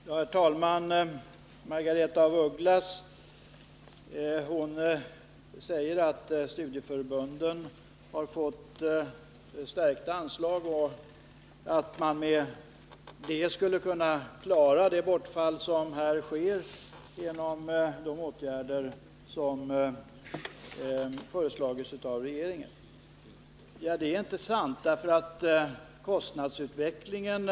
Herr talman! Margaretha af Ugglas säger att studieförbunden har fått förstärkta anslag och att man med dem borde kunna klara de bortfall som sker till följd av de åtgärder regeringen har föreslagit i fråga om konsumentpolitiken.